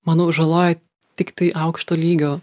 manau žaloja tiktai aukšto lygio